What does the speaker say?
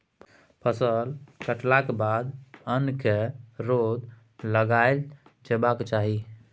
फसल कटलाक बाद अन्न केँ रौद लगाएल जेबाक चाही